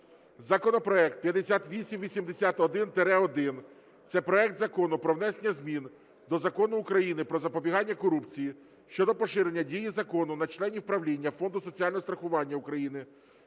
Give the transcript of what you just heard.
законопроект 5881-1. Це проект Закону про внесення змін до Закону України "Про запобігання корупції" щодо поширення дії закону на членів правління Фонду соціального страхування України,